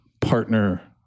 partner